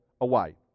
away